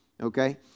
Okay